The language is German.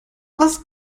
was